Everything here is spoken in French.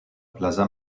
plaza